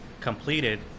completed